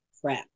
crap